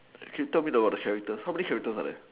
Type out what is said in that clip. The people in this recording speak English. can you tell about the character how many character are there